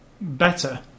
better